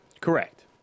Correct